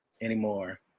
anymore